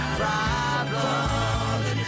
problems